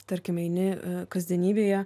tarkim eini kasdienybėje